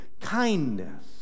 kindness